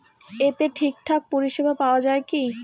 এতে ঠিকঠাক পরিষেবা পাওয়া য়ায় কি?